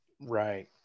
Right